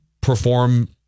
perform